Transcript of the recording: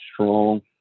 strong